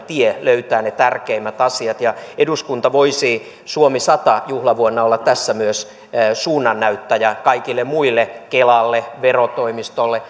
tie löytää ne tärkeimmät asiat eduskunta voisi suomi sata juhlavuonna olla tässä myös suunnannäyttäjä kaikille muille kelalle verotoimistolle